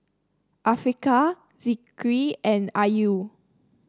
Afiqah Zikri and Ayu